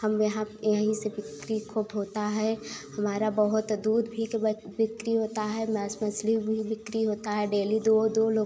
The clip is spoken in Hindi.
हम यहाँ यहीं से बिक्री खूब होता है हमारा बहुत दूध भी का बिक्री होता है मांस मछली भी बिक्री होता है डेली दो दो लोग